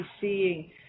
seeing